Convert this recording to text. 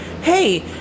hey